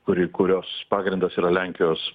kuri kurios pagrindas yra lenkijos